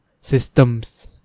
systems